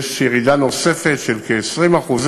יש ירידה נוספת של כ-20%.